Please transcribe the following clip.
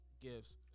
gifts